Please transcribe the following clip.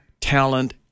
talent